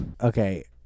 Okay